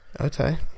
Okay